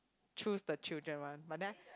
choose the children one but then